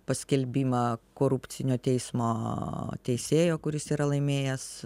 paskelbimą korupcinio teismo teisėjo kuris yra laimėjęs